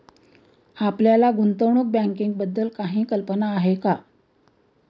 आपल्याला गुंतवणूक बँकिंगबद्दल काही कल्पना आहे का?